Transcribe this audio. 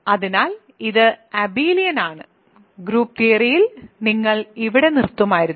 അതിനാൽ ഇത് അബെലിയൻ ആണ് ഗ്രൂപ്പ് തിയറിയിൽ നിങ്ങൾ ഇവിടെ നിർത്തുമായിരുന്നു